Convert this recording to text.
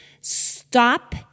Stop